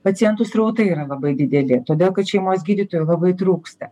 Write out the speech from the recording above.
pacientų srautai yra labai dideli todėl kad šeimos gydytojų labai trūksta